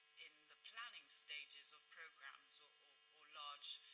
the planning stages of programs or or large